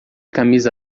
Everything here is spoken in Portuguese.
camisa